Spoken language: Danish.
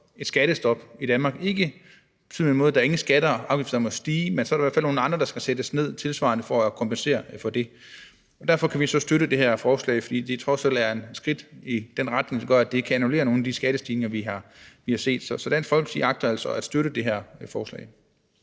et skattestop i Danmark – ikke i den betydning, at der er ingen skatter og afgifter, der må stige, men i givet fald skal der i hvert fald være nogle andre, der skal sættes tilsvarende ned for at kompensere for det. Vi kan støtte det her forslag, fordi det trods alt er et skridt i den retning, der gør, at det kan annullere nogle af de skattestigninger, vi har set. Så Dansk Folkeparti agter at støtte det her forslag.